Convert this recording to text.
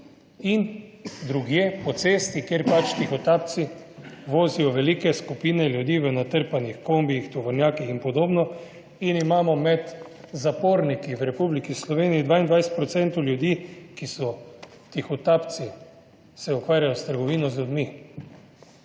in drugje po cesti, kjer pač tihotapci vozijo velike skupine ljudi v natrpanih kombijih, tovornjakih in podobno in imamo med zaporniki v Republiki Sloveniji 22 % procentov ljudi, ki so tihotapci, se ukvarjajo s trgovino z ljudmi.